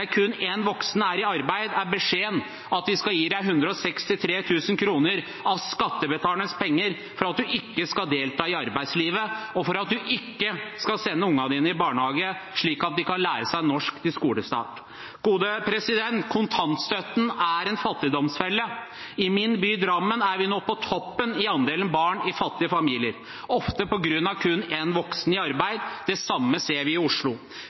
kun én voksen er i arbeid, er beskjeden at de skal gi deg 163 000 kr av skattebetalernes penger for at du ikke skal delta i arbeidslivet, og for at du ikke skal sende ungene dine i barnehage slik at de kan lære seg norsk til skolestart. Kontantstøtten er en fattigdomsfelle. I min by, Drammen, er vi nå på toppen i andelen barn i fattige familier, ofte på grunn av kun én voksen i arbeid. Det samme ser vi i Oslo.